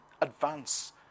advance